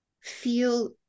feel